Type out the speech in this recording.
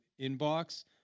inbox